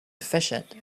efficient